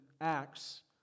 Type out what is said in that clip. Acts